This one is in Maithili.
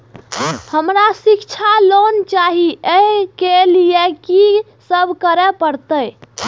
हमरा शिक्षा लोन चाही ऐ के लिए की सब करे परतै?